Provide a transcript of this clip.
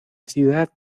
ciudad